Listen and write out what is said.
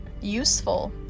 useful